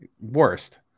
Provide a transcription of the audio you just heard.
Worst